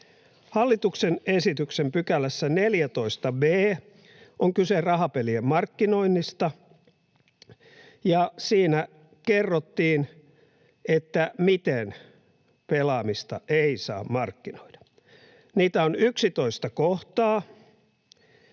Hallituksen esityksen 14 b §:ssä on kyse rahapelien markkinoinnista, ja siinä kerrottiin, miten pelaamista ei saa markkinoida. Niitä on 11 kohtaa,